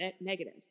negative